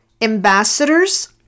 ambassadors